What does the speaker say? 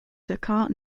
dakar